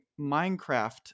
Minecraft